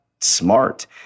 smart